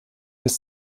des